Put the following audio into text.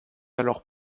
alors